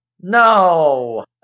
No